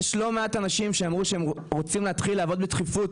יש לא מעט אנשים שאמרו שהם רוצים להתחיל לעבוד בדחיפות,